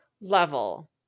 level